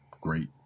great